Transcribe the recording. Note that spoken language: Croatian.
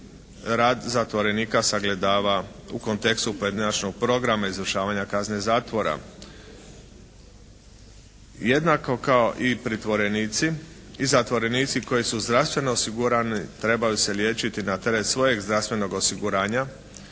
rad zatvorenika sagledava u kontekstu pojedinačnog programa izdržavanja kazne zatvora. Jednako kao i pritvorenici i zatvorenici koji su zdravstveno osigurani trebaju se liječiti na teret svojeg zdravstvenog osiguranja,